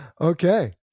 okay